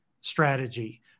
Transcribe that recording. strategy